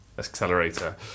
accelerator